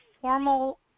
formal